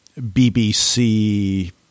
bbc